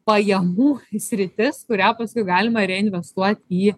pajamų sritis kurią paskui galima reinvestuoti į